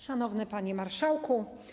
Szanowny Panie Marszałku!